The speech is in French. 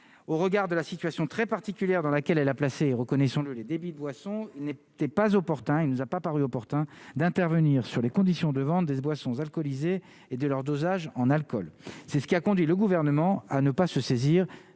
au regard de la situation très particulière dans laquelle elle a placé, reconnaissons-le, les débits de boisson, il n'était pas opportun, il ne vous a pas paru opportun d'intervenir sur les conditions de vente des boissons alcoolisées et de leur dosage en alcool, c'est ce qui a conduit le gouvernement à ne pas se saisir